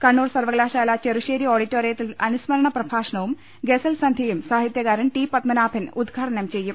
കണ്ണൂർ സർവ്വകലാശാല ചെറുശ്ശേരി ഓഡിറ്റോറിയത്തിൽ അനുസ്മരണ പ്രഭാഷണവും ഗസൽസന്ധ്യയും സാഹിത്യകാരൻ ടി പത്മനാഭൻ ഉദ്ഘാടനം ചെയ്യും